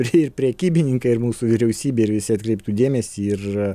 ir prekybininkai ir mūsų vyriausybė ir visi atkreiptų dėmesį ir